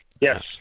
Yes